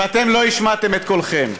ואתם לא השמעתם את קולכם,